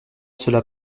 cela